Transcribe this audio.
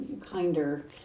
kinder